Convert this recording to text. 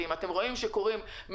זה לא אתם ואנחנו אלא זה כולנו ביחד.